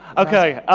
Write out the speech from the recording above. okay,